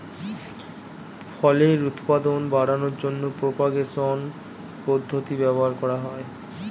ফলের উৎপাদন বাড়ানোর জন্য প্রোপাগেশন পদ্ধতি ব্যবহার করা হয়